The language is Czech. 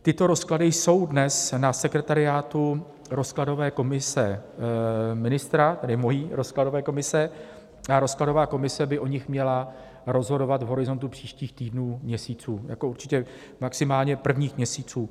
Tyto rozklady jsou dnes na sekretariátu rozkladové komise ministra, tedy mojí rozkladové komise, a rozkladová komise by o nich měla rozhodovat v horizontu příštích týdnů, měsíců, určitě maximálně prvních měsíců.